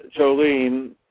Jolene